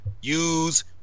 use